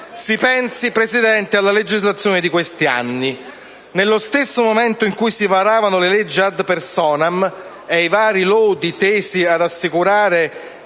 Si pensi, Presidente, alla legislazione di questi anni. Nello stesso momento in cui si varavano le leggi *ad personam* e i vari lodi tesi ad assicurare